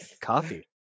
Coffee